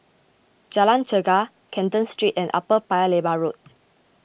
Jalan Chegar Canton Street and Upper Paya Lebar Road